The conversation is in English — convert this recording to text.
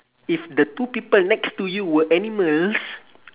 if the two people next to you were animals